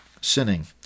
sinning